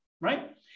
right